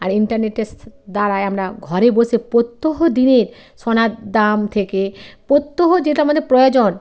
আর ইন্টারনেটে স্ স্ দ্বারায় আমরা ঘরে বসে প্রত্যহ দিনের সোনার দাম থেকে প্রত্যহ যেটা আমাদের প্রয়োজন